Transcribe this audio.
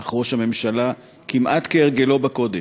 אך ראש הממשלה, כמעט כהרגלו בקודש,